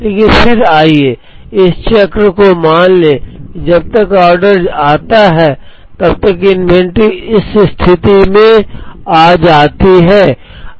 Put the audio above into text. लेकिन फिर आइए इस चक्र को मान लें कि जब तक ऑर्डर आता है तब तक इन्वेंट्री इस स्थिति में आ जाती है